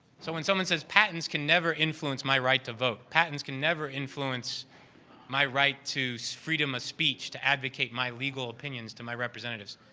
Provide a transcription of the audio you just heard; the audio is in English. so, when someone says patents can never influence my right to vote, patents can never influence my right to so freedom of speech, to advocate my legal opinions to my representatives,